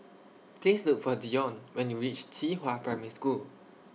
Please Look For Dion when YOU REACH Qihua Primary School